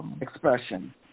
expression